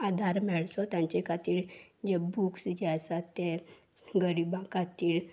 आदार मेळचो तांचे खातीर जे बुक्स जे आसा ते गरिबां खातीर